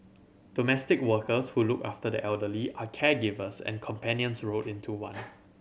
domestic workers who look after the elderly are caregivers and companions rolled into one